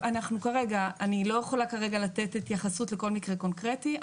אני אומרת שוב: אני לא יכולה כרגע לתת התייחסות לכל מקרה קונקרטי.